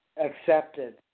Accepted